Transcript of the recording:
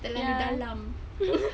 dalam-dalam